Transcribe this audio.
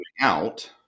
out